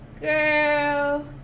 Girl